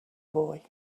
boy